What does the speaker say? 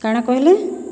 କାଣା କହିଲେ